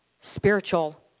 spiritual